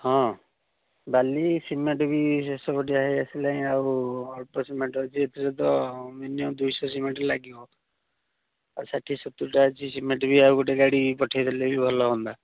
ହଁ ବାଲି ସିମେଣ୍ଟ୍ ବି ଶେଷ ପଟିଆ ହୋଇଆସିଲାଣି ଆଉ ଅଳ୍ପ ସିମେଣ୍ଟ୍ ଅଛି ସେଥିରେ ତ ମିନିମମ୍ ଦୁଇଶହ ସିମେଣ୍ଟ୍ ଲାଗିବ ଆଉ ଷାଠିଏ ସତୁରିଟା ଅଛି ସିମେଣ୍ଟ୍ ବି ଆଉ ଗୋଟେ ଗାଡ଼ି ପଠାଇଦେଲେ ବି ଭଲ ହୁଅନ୍ତା